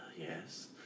Yes